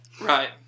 Right